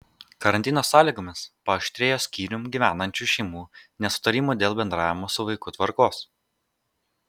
karantino sąlygomis paaštrėjo skyrium gyvenančių šeimų nesutarimų dėl bendravimo su vaiku tvarkos